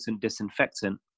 disinfectant